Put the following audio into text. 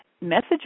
Message